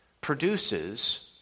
produces